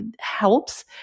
helps